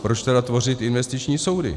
Proč tedy tvořit investiční soudy?